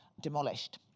demolished